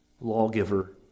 lawgiver